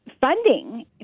funding